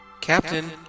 Captain